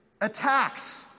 attacks